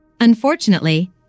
Unfortunately